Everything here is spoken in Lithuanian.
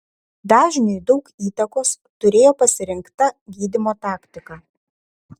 dažniui daug įtakos turėjo pasirinkta gydymo taktika